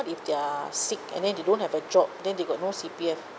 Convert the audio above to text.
if they're sick and then they don't have a job then they got no C_P_F